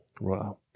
Wow